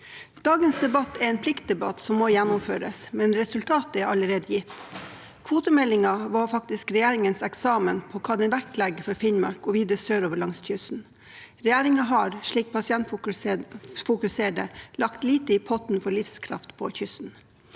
Dagens debatt er en pliktdebatt som må gjennomføres, men resultatet er allerede gitt: Kvotemeldingen var faktisk regjeringens eksamen på hva den vektlegger for Finnmark og videre sørover langs kysten. Regjeringen har, slik Pasientfokus ser det, lagt lite i potten for livskraft på kysten.